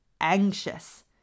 anxious